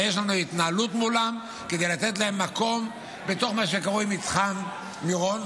ויש לנו התנהלות מולם כדי לתת להם מקום בתוך מה שקרוי מתחם מירון,